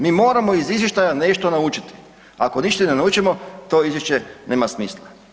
Mi moramo iz izvještaja nešto naučiti, ako ništa ne naučimo, to izvješće nema smisla.